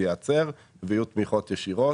הוא ייעצר ויהיו תמיכות ישירות.